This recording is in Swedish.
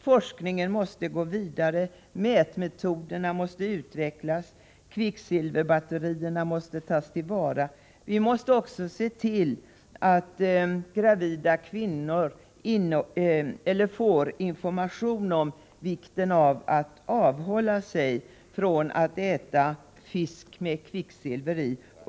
Forskningen måste gå vidare, mätmetoderna måste utvecklas och kvicksilverbatterierna måste tas till vara. Vi måste också se till att gravida kvinnor får information om vikten av att avhålla sig från att äta fisk med kvicksilver i.